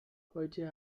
heute